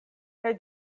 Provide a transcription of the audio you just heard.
kaj